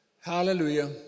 Hallelujah